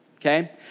okay